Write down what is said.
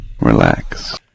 Relax